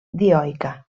dioica